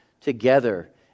together